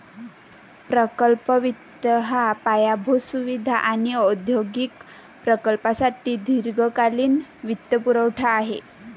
प्रकल्प वित्त हा पायाभूत सुविधा आणि औद्योगिक प्रकल्पांसाठी दीर्घकालीन वित्तपुरवठा आहे